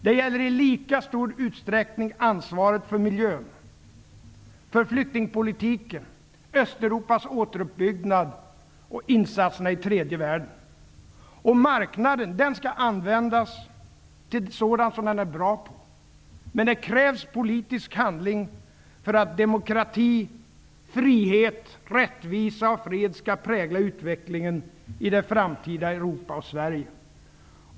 Det gäller i lika stor utsträckning ansvaret för miljön, flyktingpolitiken, Östeuropas återuppbyggnad och insatserna i tredje världen. Marknaden skall användas till sådant som den är bra på, men det krävs politisk handling för att demokrati, frihet, rättvisa och fred skall prägla utvecklingen i det framtida Europa och Sverige.